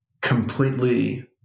completely